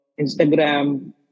Instagram